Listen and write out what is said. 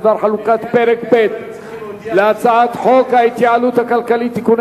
בדבר חלוקת פרק ב' להצעת חוק ההתייעלות הכלכלית (תיקוני